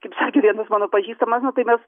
kaip sakė vienas mano pažįstamas nu tai mes